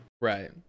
Right